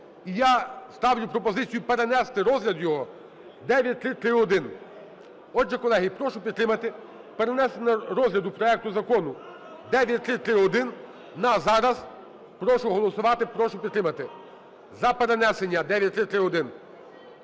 я ставлю пропозицію перенести розгляд його – 9331. Отже, колеги, прошу підтримати перенесення розгляду проекту Закону 9331 на зараз. Прошу голосувати. Прошу підтримати. За перенесення 9331.